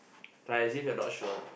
like as if you are not sure